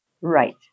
right